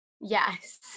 Yes